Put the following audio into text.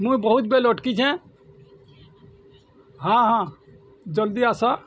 ମୁଁ ବହୁତ୍ ବେଲ ଅଟ୍କିଛେଁ ହଁ ହଁ ଜଲ୍ଦି ଆସ